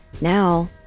Now